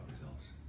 results